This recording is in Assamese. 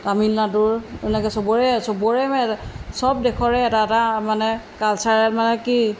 তামিলনাডুৰ এনেকৈ চবৰে চবৰে মানে চব দেশৰে এটা এটা মানে কালচাৰেল মানে কি